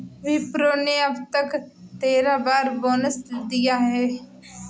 विप्रो ने अब तक तेरह बार बोनस दिया है